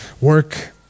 work